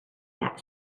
that